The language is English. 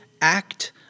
act